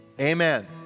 Amen